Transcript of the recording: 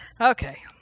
Okay